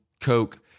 Coke